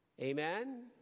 Amen